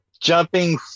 jumping